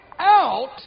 out